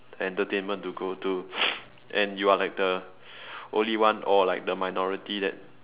entertainment to go to and you are like the only one or like the minority that